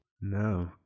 No